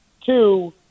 two